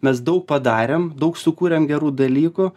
mes daug padarėm daug sukūrėm gerų dalykų